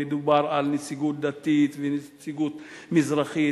ודובר על נציגות דתית ונציגות מזרחית